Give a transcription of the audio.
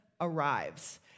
arrives